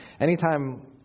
anytime